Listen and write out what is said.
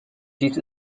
dies